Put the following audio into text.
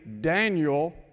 Daniel